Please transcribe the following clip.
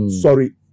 sorry